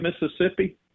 Mississippi